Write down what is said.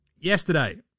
yesterday